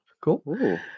Cool